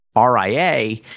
RIA